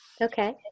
Okay